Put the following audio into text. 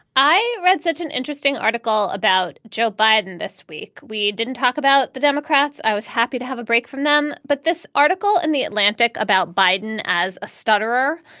i read such an interesting article about joe biden this week. we didn't talk about the democrats. i was happy to have a break from them but this article in the atlantic about biden as a stutterer,